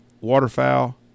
waterfowl